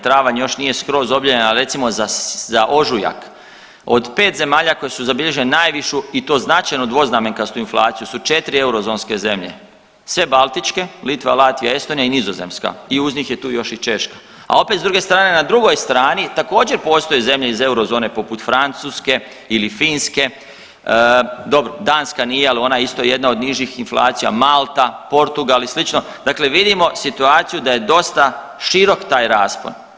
Travanj još nije skroz objavljen, ali recimo za ožujak od 5 zemalja koje su zabilježile najvišu i to značajno dvoznamenkastu inflaciju su četiri eurozonske zemlje, sve baltičke Litva, Latvija, Estonija i Nizozemska i uz njih je tu još i Češka, a opet s druge strane na drugoj strani također postoje zemlje iz eurozone poput Francuske ili Finske, dobro Danska nije, ali ona je isto jedna od nižih inflacija, Malta, Portugal i sl. dakle vidimo situacija da je dosta širok taj raspon.